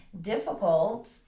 difficult